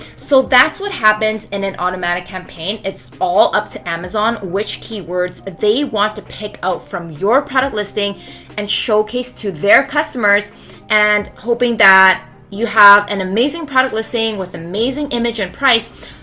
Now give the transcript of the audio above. so that's what happens in an automatic campaign. it's all up to amazon which keywords they want to pick out from your product listing and showcase to their customers and hoping that you have an and amazing product listing with amazing images and price,